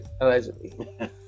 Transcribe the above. allegedly